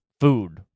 food